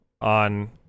on